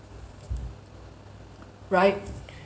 right